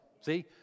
see